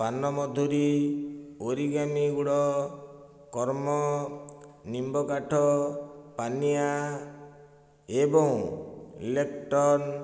ପାନମଧୁରୀ origami ଗୁଡ଼ କର୍ମ ନିମ୍ବ କାଠ ପାନିଆ ଏବଂ ଇଲେକ୍ଟ୍ରନ୍